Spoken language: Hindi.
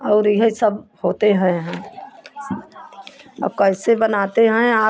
और इहै सब होते हैं यहाँ और कैसे बनाते हैं आप